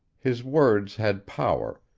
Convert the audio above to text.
his words had power,